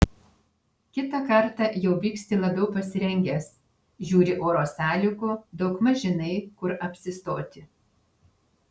kitą kartą jau vyksti labiau pasirengęs žiūri oro sąlygų daugmaž žinai kur apsistoti